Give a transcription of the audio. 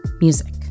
music